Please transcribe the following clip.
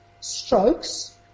strokes